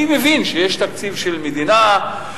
אני מבין שיש תקציב של מדינה,